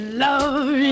love